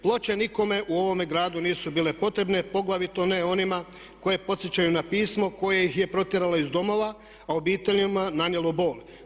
Ploče nikome u ovome gradu nisu bile potrebne poglavito ne onima koje podsjećaju na pismo koje ih je protjeralo iz domova, a obiteljima nanijelo bol.